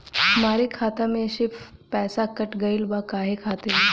हमरे खाता में से पैसाकट गइल बा काहे खातिर?